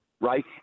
right